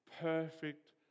perfect